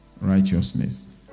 righteousness